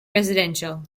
residential